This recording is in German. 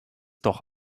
doch